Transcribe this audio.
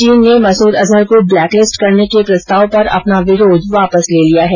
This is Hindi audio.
चीन ने मसूद अजहर को ब्लैक लिस्ट करने के प्रस्ताव पर अपना विरोध वापस ले लिया है